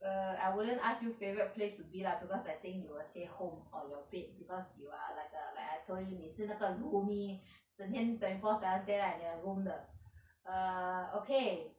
err I wouldn't ask you favourite place to be lah because I think you will say home on your bed because you are like a like I told you 你是那个 roomie 整天 twenty four seven stay 在你的 room 的 err okay